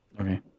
Okay